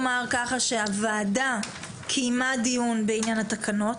הוועדה קיימה דיון בעניין התקנות.